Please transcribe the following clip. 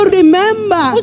remember